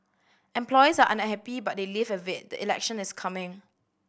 employees are unhappy but they live with it the election is coming